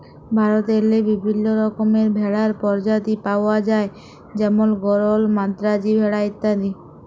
ভারতেল্লে বিভিল্ল্য রকমের ভেড়ার পরজাতি পাউয়া যায় যেমল গরল, মাদ্রাজি ভেড়া ইত্যাদি